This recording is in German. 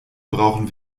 brauchen